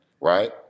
right